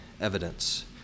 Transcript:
evidence